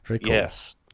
yes